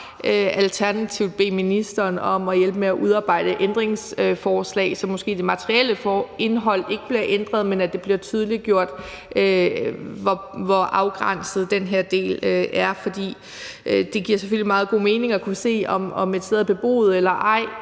alternativt bede ministeren om at hjælpe med at udarbejde ændringsforslag, så det materielle indhold måske ikke bliver ændret, men at det bliver tydeliggjort, hvor afgrænsningen er i forhold til den her del. For det giver selvfølgelig meget god mening at kunne se, om et sted er beboet eller ej,